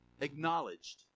acknowledged